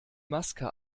maske